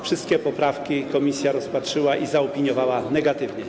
Wszystkie poprawki komisja rozpatrzyła i zaopiniowała negatywnie.